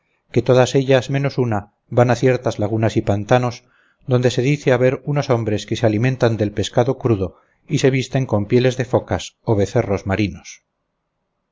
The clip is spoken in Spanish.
que todas ellas menos una van a ciertas lagunas y pantanos donde se dice haber unos hombres que se alimentan de pescado crudo y se visten con pieles de focas o becerros marinos